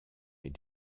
est